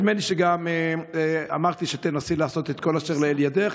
ונדמה לי שגם אמרת לי שתנסי לעשות את כל אשר לאל ידך.